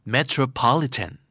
Metropolitan